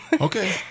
Okay